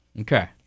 Okay